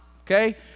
Okay